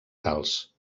calç